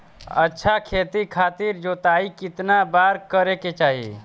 अच्छा खेती खातिर जोताई कितना बार करे के चाही?